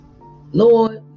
Lord